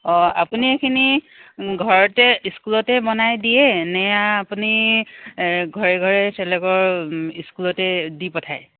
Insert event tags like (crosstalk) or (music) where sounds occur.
অঁ আপুনি এইখিনি ঘৰতে স্কুলতে বনাই দিয়ে নে এয়া আপুনি ঘৰে ঘৰে (unintelligible) স্কুলতে দি পঠায়